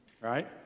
right